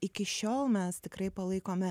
iki šiol mes tikrai palaikome